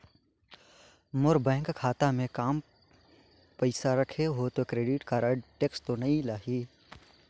मोर bank खाता मे काम पइसा रखे हो तो क्रेडिट कारड टेक्स तो नइ लाही???